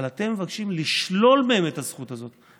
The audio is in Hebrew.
אבל אתם מבקשים לשלול מהם את הזכות הזאת.